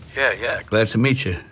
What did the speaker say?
yeah yeah. glad to meet you.